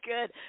good